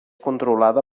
controlada